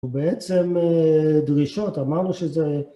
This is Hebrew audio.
בעצם דרישות, אמרנו שזה...